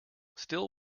still